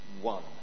One